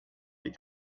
the